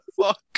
Fuck